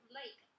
lake